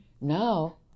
Now